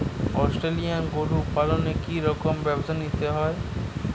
Australian গরু পালনে কি রকম ব্যবস্থা নিতে হয়?